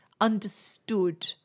understood